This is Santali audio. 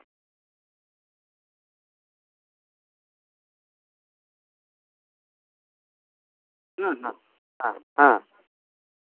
ᱦᱩᱸ ᱦᱩᱸ ᱦᱮᱸ ᱦᱮᱸ